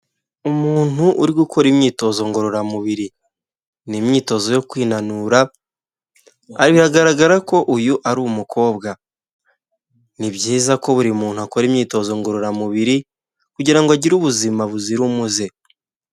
Umuntu uri gukora imyitozo ngororamubiri ni imyitozo yo kwinanura ariko biragaragara ko uyu ari umukobwa ni byiza ko buri muntu akora imyitozo ngororamubiri kugira ngo agire ubuzima buzira umuze.